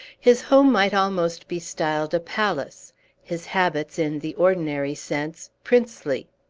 his home might almost be styled a palace his habits, in the ordinary sense, princely.